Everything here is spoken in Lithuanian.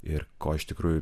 ir ko iš tikrųjų